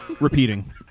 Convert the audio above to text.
Repeating